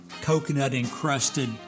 coconut-encrusted